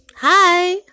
Hi